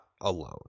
alone